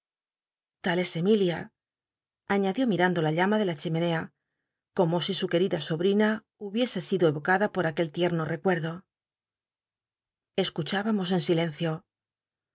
fal es emilia aiiadió mirando la llama de la chimenea como si su querida sobrina hubiese sido c'ocada por aquel tierno recuerdo escuchábamos en silencio